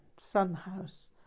Sunhouse